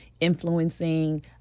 influencing